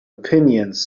opinions